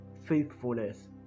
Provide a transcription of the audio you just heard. faithfulness